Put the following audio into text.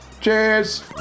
cheers